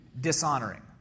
dishonoring